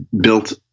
built